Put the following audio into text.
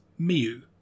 Miyu